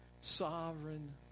Sovereign